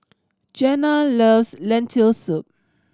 Jeana loves Lentil Soup